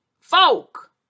folk